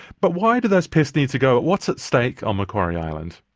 but why do those pests need to go? what's at stake on macquarie island?